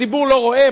הציבור לא רואה?